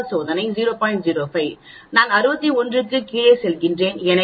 05 நான் 61 க்கு கீழே செல்கிறேன் எனவே இது 1